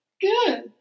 Good